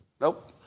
Nope